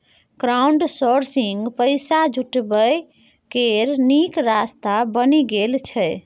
crowdsourcing पैसा जुटबै केर नीक रास्ता बनि गेलै यै